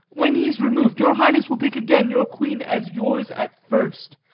when he's remov'd, your highness will take again your queen as yours at first,